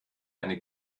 eine